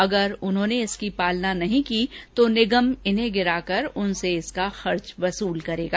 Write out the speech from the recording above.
अगर उन्होंने इसकी पालना नहीं की तो निगम इन्हें गिराकर उनसे इसका खर्च वसुल करेगा